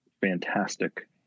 fantastic